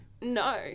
No